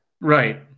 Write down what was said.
Right